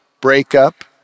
breakup